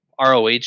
ROH